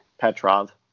Petrov